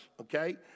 okay